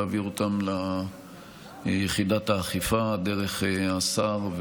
תעביר אותן ליחידת האכיפה דרך השר,